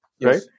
right